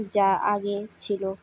যা আগে ছিল